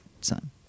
son